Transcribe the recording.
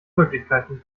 möglichkeiten